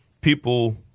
people